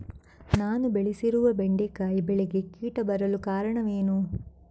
ನಾನು ಬೆಳೆಸಿರುವ ಬೆಂಡೆಕಾಯಿ ಬೆಳೆಗೆ ಕೀಟ ಬರಲು ಕಾರಣವೇನು?